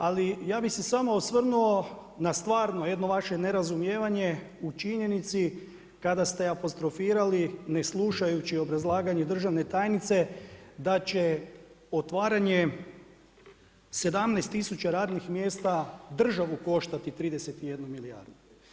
Ali ja bih se samo osvrnuo na stvarno jedno vaše nerazumijevanje u činjenici kada ste apostrofirali ne slušajući obrazlaganje državne tajnice da će otvaranje 17 tisuća radnih mjesta državu koštati 31 milijardu.